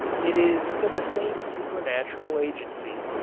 it is to the same supernatural agency,